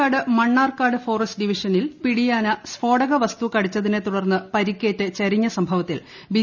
Raju Mannarkkad forest ഡിവിഷനിൽ പാലക്കാട് പിടിയാന സ്ഫോടക വസ്തു കടിച്ചതിനെത്തുടർന്ന് പരിക്കേറ്റ് ചെരിഞ്ഞ സംഭവത്തിൽ ബി